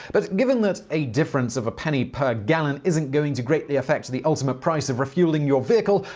but given that a difference of a penny per gallon isn't going to greatly affect the ultimate price of refueling your vehicle,